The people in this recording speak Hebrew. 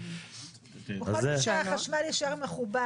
בכל מקרה החשמל יישאר מחובר,